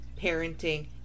parenting